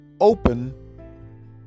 open